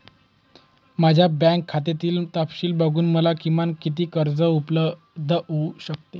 माझ्या बँक खात्यातील तपशील बघून मला किमान किती कर्ज उपलब्ध होऊ शकते?